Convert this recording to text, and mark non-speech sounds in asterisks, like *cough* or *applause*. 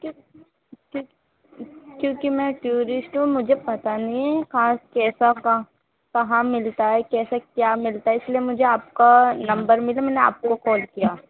*unintelligible* کیونکہ میں ٹیورسٹ ہوں مجھے پتا نہیں ہے کہاں کیسا کہاں کہاں ملتا ہے کیسے کیا ملتا ہے اس لیے مجھے آپ کا نمبر ملا میں نے آپ کو کال کیا